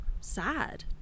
sad